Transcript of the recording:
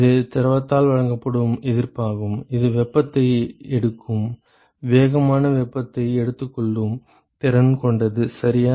இது திரவத்தால் வழங்கப்படும் எதிர்ப்பாகும் இது வெப்பத்தை எடுக்கும் விவேகமான வெப்பத்தை எடுத்துக்கொள்ளும் திறன் கொண்டது சரியா